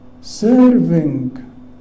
serving